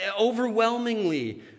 Overwhelmingly